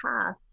path